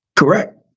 Correct